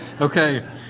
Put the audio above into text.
okay